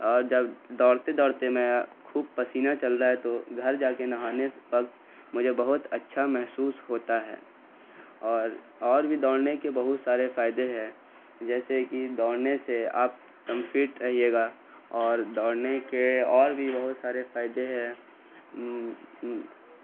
اور جب دوڑتے دوڑتے میں خوب پسینہ چلتا ہے تو گھر جا کے نہانے وقت مجھے بہت اچھا محسوس ہوتا ہے اور اور بھی دوڑنے کے بہت سارے فائدے ہیں جیسے کہ دوڑنے سے آپ کم فٹ رہیے گا اور دوڑنے کے اور بھی بہت سارے فائدے ہیں